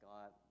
God